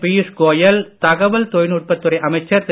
பியுஷ் கோயல் தகவல் தொழில்நுட்பத்துறை அமைச்சர் திரு